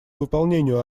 выполнению